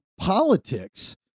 politics